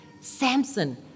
Samson